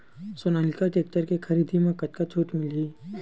Sonalika tractor के खरीदी मा कतका छूट मीलही?